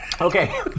Okay